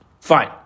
Fine